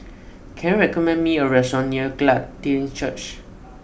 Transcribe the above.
can you recommend me a restaurant near Glad Tidings Church